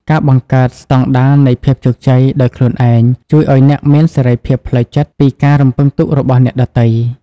ការបង្កើត "ស្តង់ដារនៃភាពជោគជ័យ" ដោយខ្លួនឯង ជួយឱ្យអ្នកមានសេរីភាពផ្លូវចិត្តពីការរំពឹងទុករបស់អ្នកដទៃ។